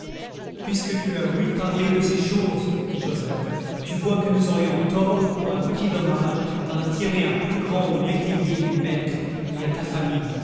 puisque tu as ouï parler de ces choses dit joseph tu vois que nous aurions tort pour un petit dommage d'en attirer un plus grand aux métayers mes maîtres et à ta famille